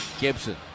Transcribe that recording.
Gibson